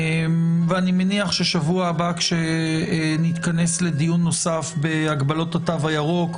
ואני מניח ששבוע הבא כשנתכנס לדיון נוסף בהגבלות התו הירוק,